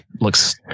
looks